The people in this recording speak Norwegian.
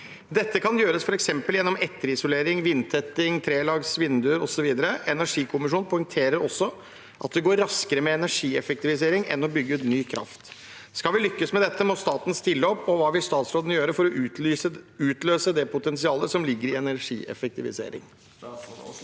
Dette kan gjøres for eksempel gjennom etterisolering, vindtetting og 3-lags vinduer. Energikommisjonen poengterer også at det går raskere med energieffektivisering enn å bygge ut ny kraft. Skal vi lykkes med dette, må staten stille opp. Hva vil statsråden gjøre for å utløse det potensialet som ligger i energieffektivisering?»